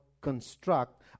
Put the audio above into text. construct